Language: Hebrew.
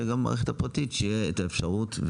שגם במערכת הפרטית שתהיה האפשרות,